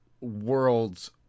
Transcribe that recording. world's